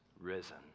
risen